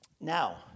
Now